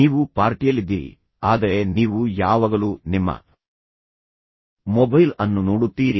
ನೀವು ಪಾರ್ಟಿಯಲ್ಲಿದ್ದೀರಿ ಆದರೆ ನೀವು ಯಾವಾಗಲೂ ನಿಮ್ಮ ಮೊಬೈಲ್ ಅನ್ನು ನೋಡುತ್ತೀರಿ